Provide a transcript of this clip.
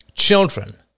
children